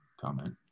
comment